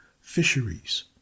fisheries